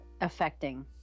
affecting